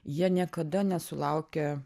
jie niekada nesulaukia